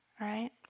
right